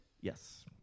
Yes